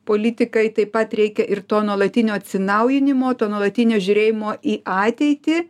politikai taip pat reikia ir to nuolatinio atsinaujinimo to nuolatinio žiūrėjimo į ateitį